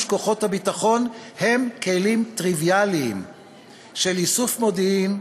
כוחות הביטחון הם כלים טריוויאליים של איסוף מודיעין,